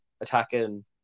attacking